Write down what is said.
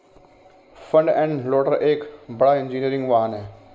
front end loader एक बड़ा engineering वाहन है